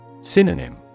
Synonym